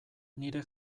nire